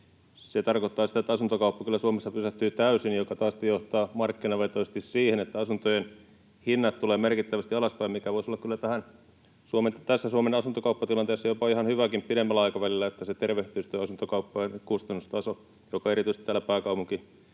se tarkoittaa sitä, että asuntokauppa kyllä Suomessa pysähtyy täysin, joka taas sitten johtaa markkinavetoisesti siihen, että asuntojen hinnat tulevat merkittävästi alaspäin, mikä voisi olla kyllä tässä Suomen asuntokauppatilanteessa jopa ihan hyväkin pidemmällä aikavälillä, että se tervehdyttäisi asuntokauppojen kustannustasoa, joka erityisesti täällä pääkaupunkiseudulla